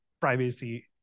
privacy